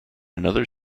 another